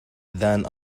than